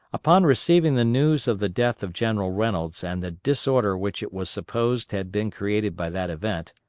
upon receiving the news of the death of general reynolds and the disorder which it was supposed had been created by that event,